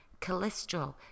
Cholesterol